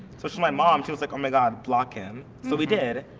so so my mom was like, oh my god, block him. so we did.